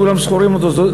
כולם זוכרים אותו,